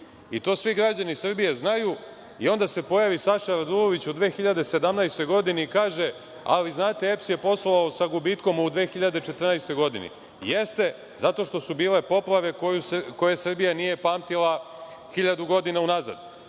To svi građani Srbije znaju. Onda se pojavi Saša Radulović u 2017. godini i kaže – ali, znate, EPS je poslova sa gubitkom u 2014. godini. Jeste, zato što su bile poplave koje Srbija nije pamtila 1000 godina unazad. Kažete